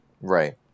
Right